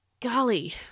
golly